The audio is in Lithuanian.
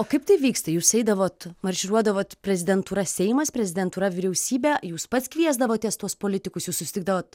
o kaip tai vyksta jūs eidavot marširuodavot prezidentūra seimas prezidentūra vyriausybė jūs pats kviesdavotės tuos politikus jūs susitikdavot